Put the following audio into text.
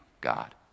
God